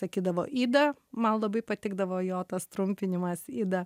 sakydavo ida man labai patikdavo jo tas trumpinimas ida